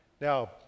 Now